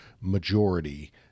majority